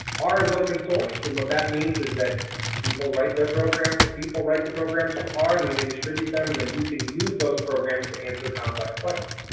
r is open source, and what that means is that people write their programs, people write the programs in r, and then they distribute them, and then you can use those programs to answer complex questions.